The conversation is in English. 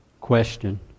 question